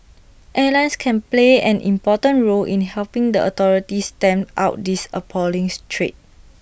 airlines can play an important role in helping the authorities stamp out this appalling trade